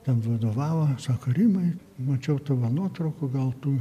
ten vadovavo sako rimai mačiau tavo nuotraukų gal tu